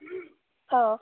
অঁ